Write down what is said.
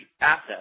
asset